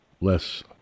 less